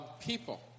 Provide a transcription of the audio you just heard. people